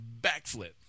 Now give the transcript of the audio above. backflip